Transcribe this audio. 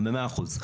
גם ב-100 אחוז.